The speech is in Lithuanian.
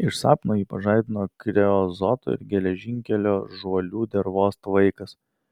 iš sapno jį pažadino kreozoto ir geležinkelio žuolių dervos tvaikas